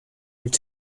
where